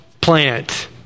plant